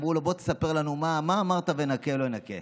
אמרו לו: בוא תספר לנו למה אמרת "ונקה לא ינקה".